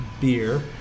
beer